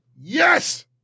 Yes